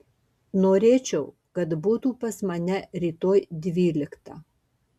norėčiau kad būtų pas mane rytoj dvyliktą